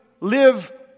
live